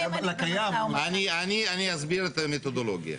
אני אסביר את המתודולוגיה.